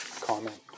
comment